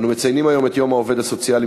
אנו מציינים היום את יום העובד הסוציאלי